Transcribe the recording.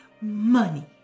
money